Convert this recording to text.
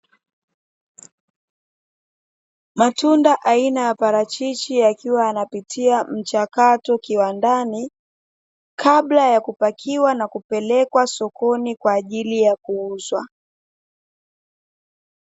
Matunda aina ya parachichi, yakiwa yanapitia mchakato kiwandani, kabla ya kupakiwa na kupelekwa sokoni kwa ajili ya kuuzwa.